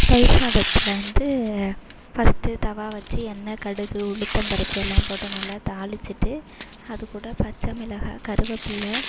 தயிர் சாதத்தில் வந்து ஃபர்ஸ்ட்டு தவா வச்சு எண்ணெய் கடுகு உளுத்தம் பருப்பு எல்லாம் போட்டு நல்லா தாளிச்சுட்டு அது கூட பச்சை மிளகாய் கருவேப்புல